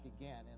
again